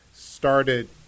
Started